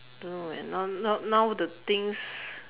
don't know eh now now now the things